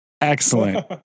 excellent